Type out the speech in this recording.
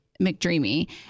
McDreamy